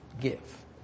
give